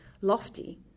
lofty